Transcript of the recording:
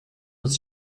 was